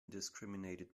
discriminated